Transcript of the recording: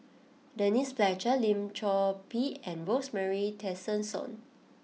Denise Fletcher Lim Chor Pee and Rosemary Tessensohn